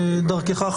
ודרכך,